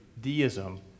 deism